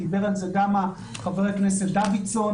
דיבר על זה גם חבר הכנסת דוידסון.